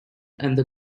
and